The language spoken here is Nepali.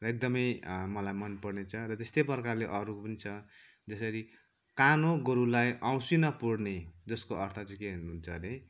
र एकदमै मलाई मनपर्ने छ र त्यस्तै प्रकारले अरू पनि छ जसरी कानो गोरुलाई औँसी न पूर्णे जसको अर्थ चाहिँ के हुन्छ अरे